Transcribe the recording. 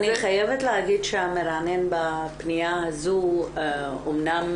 אני חייבת להגיד שהמרענן בפניה הזו אמנם